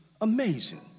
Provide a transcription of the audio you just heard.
amazing